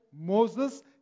Moses